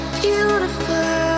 Beautiful